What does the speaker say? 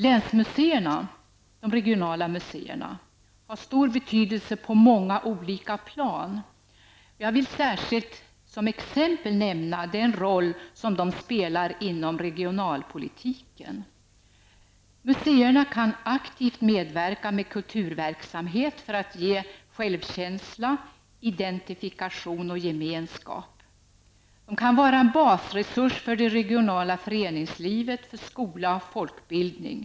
Länsmuseerna -- de regionala museerna -- har stor betydelse på många olika plan. Jag vill särskilt som exempel nämna den roll som de spelar inom regionalpolitiken. Museerna kan aktivt medverka med kulturverksamhet för att ge självkänsla, identifikation och gemenskap. De kan vara basresurs för det regionala föreningslivet, skola och folkbildning.